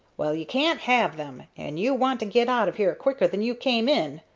well, you can't have them, and you want to get out of here quicker than you came in!